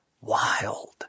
wild